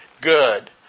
good